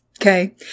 okay